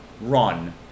run